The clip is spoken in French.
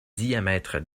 diamètres